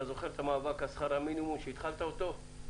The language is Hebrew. אתה זוכר את המאבק על שכר המינימום שהתחלת אותו?